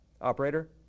Operator